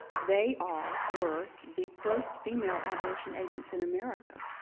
they are were the first female abolition agents in america.